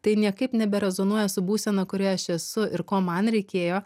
tai niekaip neberezonuoja su būsena kurioje aš esu ir ko man reikėjo